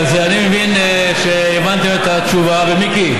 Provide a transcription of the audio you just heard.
קיימים פערים משמעותיים בין המרכז לפריפריה בכל הקשור בחינוך